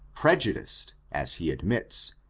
prejudiced, as he admits,